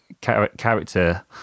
character